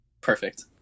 Perfect